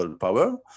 power